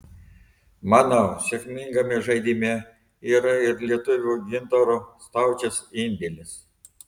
manau sėkmingame žaidime yra ir lietuvio gintaro staučės indėlis